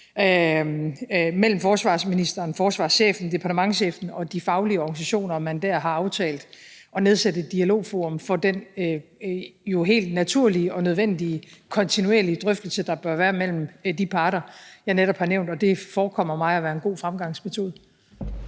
mellem forsvarsministeren, forsvarschefen, departementschefen og de faglige organisationer, og at man der har aftalt at nedsætte et dialogforum for den jo helt naturlige og nødvendige kontinuerlige drøftelse, der bør være mellem de parter, jeg netop har nævnt. Det forekommer mig at være en god fremgangsmåde.